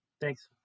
Thanks